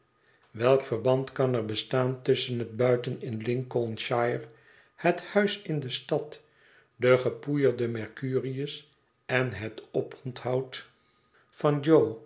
welk verband kan er bestaan tusschen het buiten in lincolnshire het huis in de stad den gepoeierden mereurius en het oponthoud van